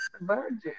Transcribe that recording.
virgin